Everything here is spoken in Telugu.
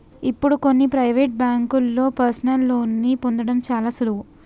ఇప్పుడు కొన్ని ప్రవేటు బ్యేంకుల్లో పర్సనల్ లోన్ని పొందడం చాలా సులువు